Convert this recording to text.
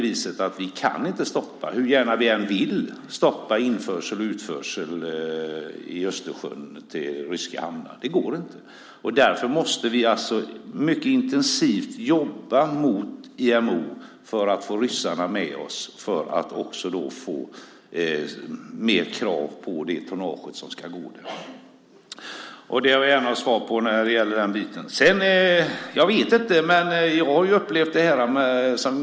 Vi kan inte, hur gärna vi än vill, stoppa införsel och utförsel i Östersjön till ryska hamnar. Det går inte. Därför måste vi mycket intensivt jobba med IMO för att få ryssarna med oss och få krav på det tonnage som ska gå där. Det vill jag gärna ha svar på.